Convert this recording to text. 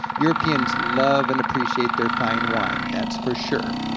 europeans love and appreciate their fine wine, that's for sure.